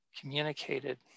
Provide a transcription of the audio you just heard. communicated